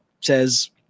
says